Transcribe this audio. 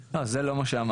לא, זה לא מה שאמרתי.